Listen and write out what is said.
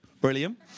Brilliant